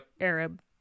Arab